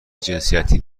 جنسیتی